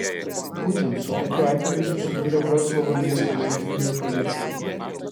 būtent su tokiu atveju susidūrė vroclavo miesto lenkijoje policija